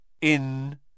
In